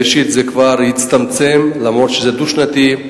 ראשית, זה כבר הצטמצם, אפילו שזה דו-שנתי.